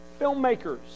filmmakers